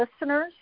listeners